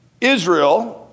Israel